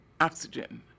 oxygen